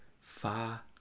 fa